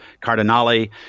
Cardinale